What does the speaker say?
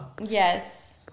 Yes